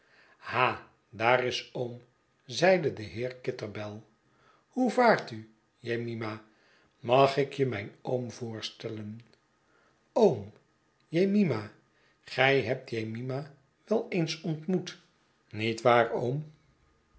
ha daar is oom zeide de heer kitterbell hoe vaart u jemima mag ik je mijn oom voorstellen oom jemima gij hebt jemima wel eens ontmoet niet waar